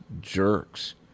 jerks